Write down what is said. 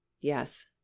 yes